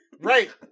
Right